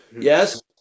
yes